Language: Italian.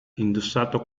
indossato